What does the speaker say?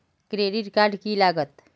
Credit card की लागत?